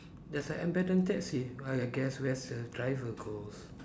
there's a abandoned taxi I guess where's the driver goes